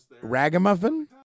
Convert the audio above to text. Ragamuffin